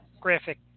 graphic